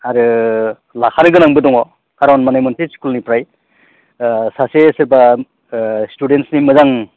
आरो लाखानो गोनांबो दङ कारन माने मोनसे स्कुलनिफ्राय सासे सोरबा स्टुडेन्ट्सनि मोजां